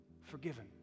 forgiven